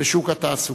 בשוק התעסוקה.